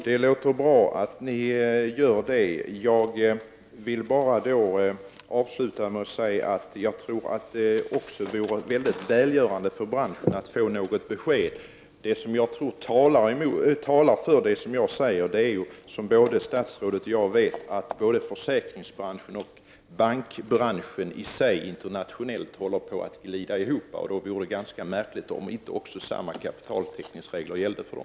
Herr talman! Det låter bra att ni gör det. Jag vill bara avsluta med att säga att jag tror att det också vore mycket välgörande för branschen att få något besked. Det jag tror talar för vad jag säger är att — som både statsrådet och jag vet — försäkringsbranschen och bankbranschen i sig internationellt håller på att glida samman. Då vore det ganska märkligt om inte samma kapitaltäckningsregler skulle gälla för dem.